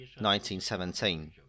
1917